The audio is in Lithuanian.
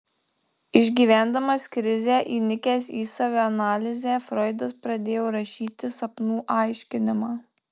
išgyvendamas krizę įnikęs į savianalizę froidas pradėjo rašyti sapnų aiškinimą